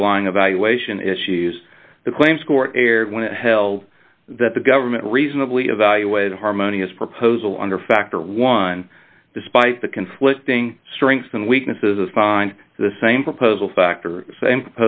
underlying evaluation issues the claims court erred when it held that the government reasonably evaluate a harmonious proposal under factor one despite the conflicting strengths and weaknesses of find the same proposal factor same